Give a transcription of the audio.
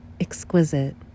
exquisite